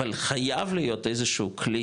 אבל חייב להיות איזשהו כלי